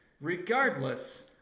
Regardless